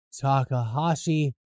Takahashi